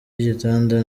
y’igitanda